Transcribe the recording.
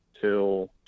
till